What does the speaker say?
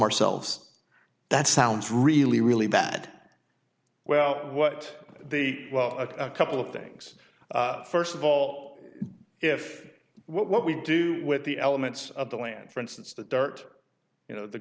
ourselves that sounds really really bad well what the well a couple of things first of all if what we do with the elements of the land for instance the dirt you know the